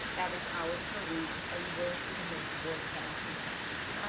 average hours per week, are you willing to commit to board tasks and functions?